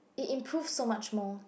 it improves so much more